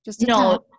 No